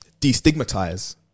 destigmatize